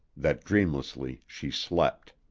that dreamlessly she slept.